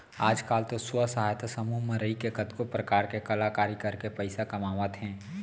आज काल तो स्व सहायता समूह म रइके कतको परकार के कलाकारी करके पइसा कमावत हें